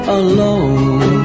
alone